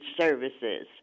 services